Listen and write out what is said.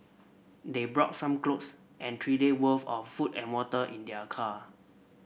they brought some clothes and three day worth of food and water in their car